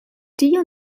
tio